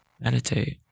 meditate